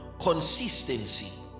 Consistency